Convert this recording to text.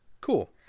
cool